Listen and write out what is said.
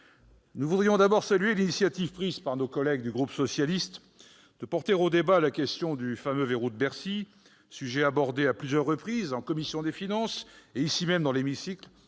nous voulons d'abord saluer l'initiative de nos collègues du groupe socialiste et républicain de porter au débat la question du fameux « verrou de Bercy », sujet abordé à plusieurs reprises en commission des finances et dans l'hémicycle,